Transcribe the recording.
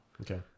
okay